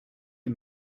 you